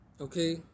okay